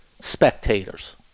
spectators